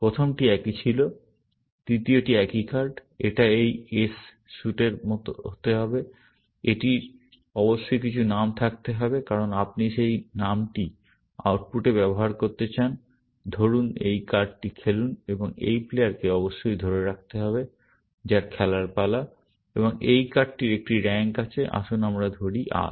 প্রথমটি একই ছিল তৃতীয়টি একই কার্ড এটা এই s স্যুটএর হতে হবে এটির অবশ্যই কিছু নাম থাকতে হবে কারণ আপনি সেই নামটি আউটপুটে ব্যবহার করতে চান । ধরুন এই কার্ডটি খেলুন এবং এই প্লেয়ারকে অবশ্যই ধরে রাখতে হবে যার খেলার পালা এবং এই কার্ডটির একটি র্যাঙ্ক আছে আসুন আমরা ধরি R